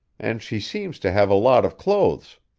and she seems to have a lot of clothes.